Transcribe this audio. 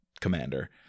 commander